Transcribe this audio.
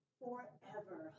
forever